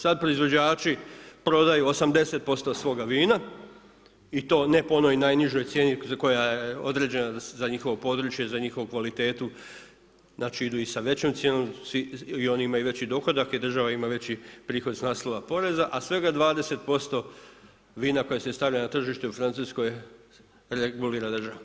Sad proizvođači prodaju 80% svoga vina i to ne po onoj najnižoj cijeni koja je određena za njihovo područje, za njihovu kvalitetu, znači idu i sa većom cijenom i oni imaju veći dohodak i država ima veći prihod s naslova poreza, a svega 20% vina koja se stavlja na tržište u Francuskoj regulira država.